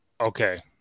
Okay